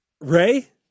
Ray